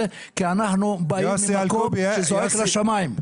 כי אנחנו באים ממקום שזועק לשמיים.